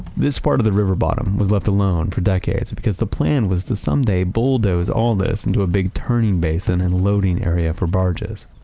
this part of the river bottom was left alone for decades because the plan was to someday bulldoze all this into a big turning basin and loading area for barges.